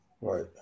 right